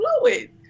fluid